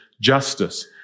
justice